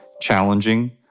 challenging